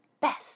best